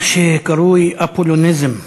מה שקרוי: אפולוניזם.